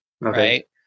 right